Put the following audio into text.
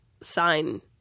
sign